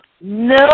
No